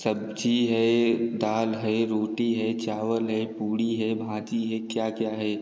सब्ज़ी है दाल है रोटी है चावल है पूरी है भाजी है क्या क्या है